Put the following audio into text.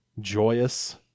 joyous